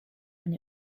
and